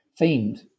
themed